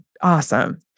awesome